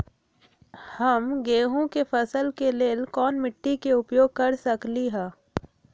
हम गेंहू के फसल के लेल कोन मिट्टी के उपयोग कर सकली ह?